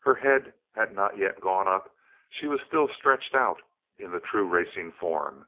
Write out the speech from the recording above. her head had not yet gone up she was still stretched out in the true racing form